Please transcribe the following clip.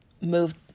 moved